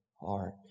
heart